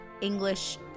English